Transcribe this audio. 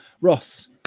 Ross